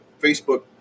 Facebook